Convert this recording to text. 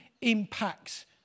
impacts